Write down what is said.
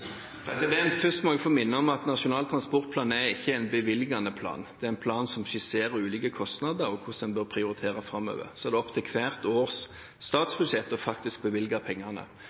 dette? Først må jeg få minne om at Nasjonal transportplan ikke er en bevilgende plan. Det er en plan som skisserer ulike kostnader og hvordan en bør prioritere framover. Så er det opp til Stortinget hvert år i statsbudsjettet å bevilge pengene.